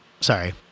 sorry